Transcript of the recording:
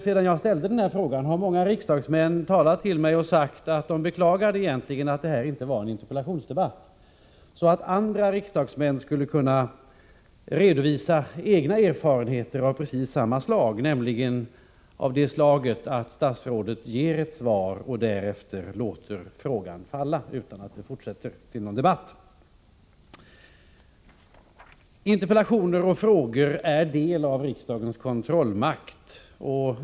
Sedan jag ställde den här frågan har många riksdagsmän sagt till mig att de egentligen beklagade att det inte var en interpellation, så att andra riksdagsmän skulle ha kunnat redovisa sina egna erfarenheter av precis samma slag som mina, nämligen att statsråden ger ett svar och därefter låter frågan falla utan att fortsätta att debattera den. Interpellationer och frågor utgör en del av riksdagens kontrollmakt.